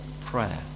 prayer